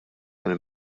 mill